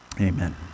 Amen